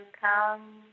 come